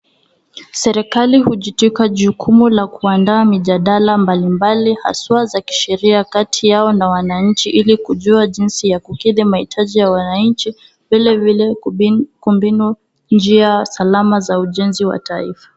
Serikali hujitwika jukumu la kuandaa mijadala mbali mbali haswa za kisheria kati yao na wananchi, ili kujua jinsi ya kukidhi mahitaji ya wananchi, vile vile kubuni njia salama za ujenzi wa taifa.